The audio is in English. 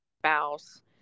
spouse